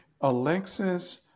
Alexis